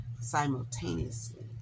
simultaneously